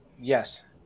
Yes